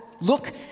Look